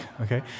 okay